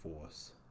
force